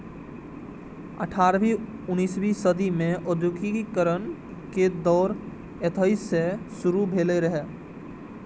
अठारहवीं उन्नसवीं सदी मे औद्योगिकीकरण के दौर एतहि सं शुरू भेल रहै